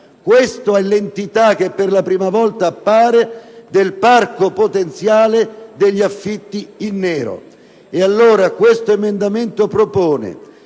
Questa è l'entità (che appare per la prima volta) del parco potenziale degli affitti in nero.